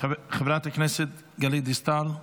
חברת הכנסת גלית דיסטל,